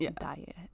diet